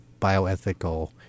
bioethical